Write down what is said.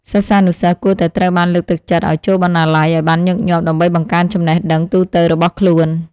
សិស្សានុសិស្សគួរតែត្រូវបានលើកទឹកចិត្តឱ្យចូលបណ្ណាល័យឱ្យបានញឹកញាប់ដើម្បីបង្កើនចំណេះដឹងទូទៅរបស់ខ្លួន។